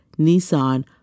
Nissan